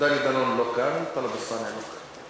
דני דנון לא כאן, טלב אלסאנע לא כאן.